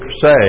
say